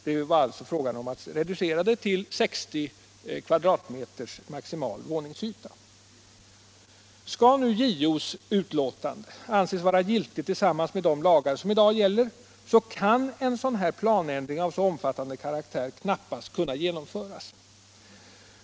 Det var alltså frågan om att reducera den till 60 m? maximal våningsyta. Skall JO:s utlåtande anses vara giltigt tillsammans med de lagar som i dag gäller, kan en planändring av så här omfattande karaktär knappast genomföras.